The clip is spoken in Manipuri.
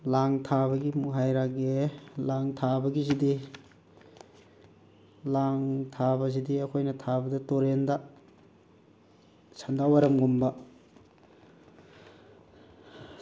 ꯂꯥꯡ ꯊꯥꯕꯒꯤ ꯑꯃꯨꯛ ꯍꯥꯏꯔꯛꯑꯒꯦ ꯂꯥꯡ ꯊꯥꯕꯒꯤꯁꯤꯗꯤ ꯂꯥꯡ ꯊꯥꯕꯁꯤꯗꯤ ꯑꯩꯈꯣꯏꯅ ꯊꯥꯕꯗ ꯇꯨꯔꯦꯜꯗ ꯁꯟꯙꯥ ꯋꯥꯏꯔꯝꯒꯨꯝꯕ